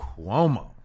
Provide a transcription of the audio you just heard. Cuomo